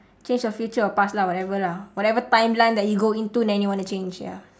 change your future or past lah whatever lah whatever timeline that you go into then you wanna change ya